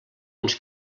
uns